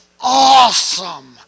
awesome